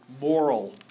moral